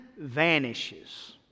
vanishes